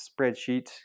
spreadsheet